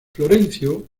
florencio